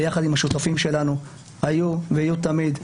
ביחד עם השותפים שלנו שהיו ויהיו תמיד.